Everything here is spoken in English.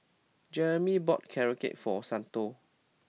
Jereme bought carrot cake for Santo